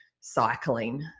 cycling